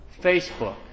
Facebook